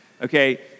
Okay